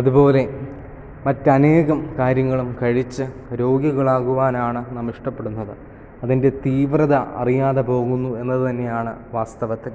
അതുപോലെ മറ്റ് അനേകം കാര്യങ്ങളും കഴിച്ച് രോഗികളാകുവാൻ ആണ് നാം ഇഷ്ടപ്പെടുന്നത് അതിൻ്റെ തീവ്രത അറിയാതെ പോകുന്നു എന്നത് തന്നെയാണ് വാസ്തവത്തിൽ